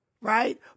Right